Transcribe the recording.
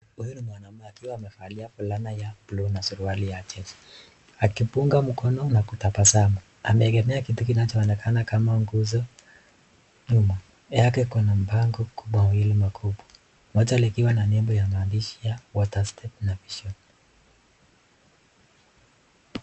Huyu ni mwanaume akiwa amevalia fulana na suruali ya blue, akipunga mkono na kutabasamu ameegemea kitu kinach onekana kama nguzo, nyuma yake kuna mpango mawili kubwa moja ulioacha ukiwa na maandishi ya water steppler vision